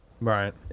Right